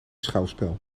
schouwspel